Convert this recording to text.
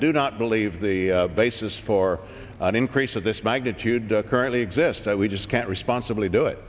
do not believe the basis for an increase of this magnitude currently exists we just can't responsibly do it